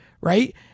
right